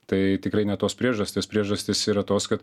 tai tikrai ne tos priežastys priežastys yra tos kad